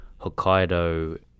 hokkaido